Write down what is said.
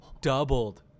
doubled